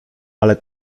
ale